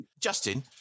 Justin